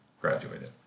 graduated